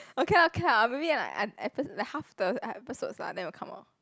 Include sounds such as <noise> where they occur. okay lah okay lah or maybe like <noise> like half the episode ah then will come out